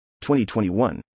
2021